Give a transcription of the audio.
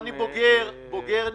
אגב,